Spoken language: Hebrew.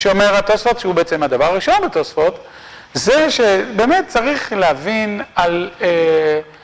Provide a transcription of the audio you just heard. שאומר התוספות שהוא בעצם הדבר הראשון בתוספות זה שבאמת צריך להבין על..